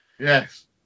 Yes